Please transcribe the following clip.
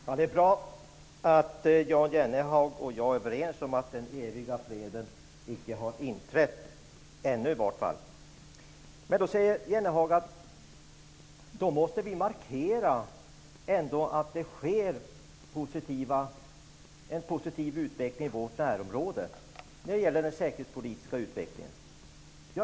Herr talman! Det är bra att Jan Jennehag och jag är överens om att den eviga freden i vart fall icke ännu har inträtt. Jennehag säger att vi ändå måste markera att det förekommer en positiv utveckling i vårt närområde när det gäller den säkerhetspolitiska utvecklingen.